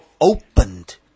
opened